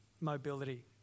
mobility